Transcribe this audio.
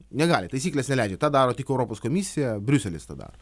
negali taisyklės neleidžia tą daro tik europos komisija briuselis tą daro